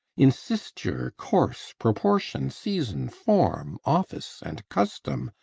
insisture, course, proportion, season, form, office, and custom,